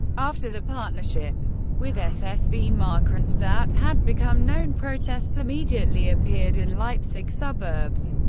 after the partnership with ssv markranstadt had become known, protests immediately appeared in leipzig suburbs.